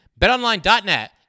BetOnline.net